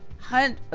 hunt,